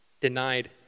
denied